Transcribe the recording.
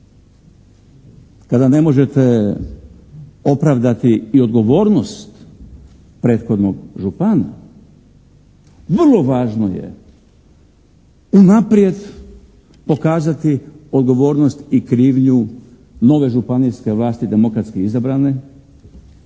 kada ne možete opravdati i odgovornost prethodnog župana, vrlo važno je unaprijed pokazati odgovornost i krivnju nove županijske vlasti demokratski izabrane,